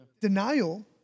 Denial